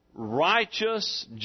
righteous